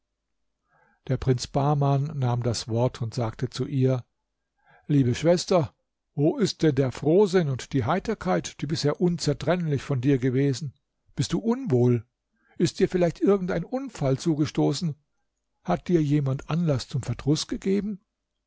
der prinz bahman nahm das wort und sagte zu ihr liebe schwester wo ist denn der frohsinn und die heiterkeit die bisher unzertrennlich von dir gewesen bist du unwohl ist dir vielleicht irgend ein unfall zugestoßen hat dir jemand anlaß zum verdruß gegeben